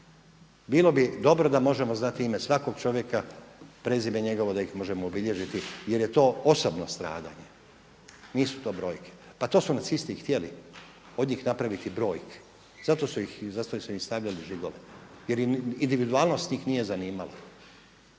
Bilo bi dobro da možemo znati ime svakoga čovjeka, prezime njegovo da ih možemo obilježiti jer je to osobno stradanje, nisu to brojke. Pa to su nacisti i htjeli od njih napraviti brojke, zato su im i stavljali žigove jer ih individualnost nije zanimala.